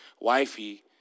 Wifey